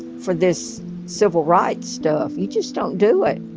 for this civil rights stuff. you just don't do it.